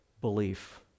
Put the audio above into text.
belief